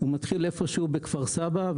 הוא מתחיל איפשהו בכפר סבא,